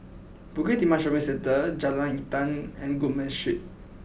Bukit Timah Shopping Centre Jalan Intan and Goodman Road